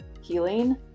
healing